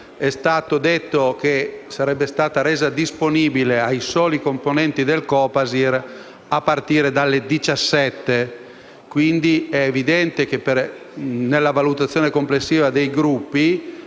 È stato detto che sarebbe stata resa disponibile ai soli componenti del Copasir, a partire dalle 17. Quindi è evidente che, nella valutazione complessiva dei Gruppi,